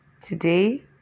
Today